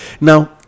Now